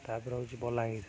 ତା'ପରେ ହେଉଛି ବଲାଙ୍ଗୀର